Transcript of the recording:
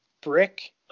brick